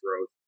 growth